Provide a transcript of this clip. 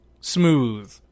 smooth